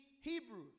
Hebrews